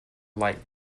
light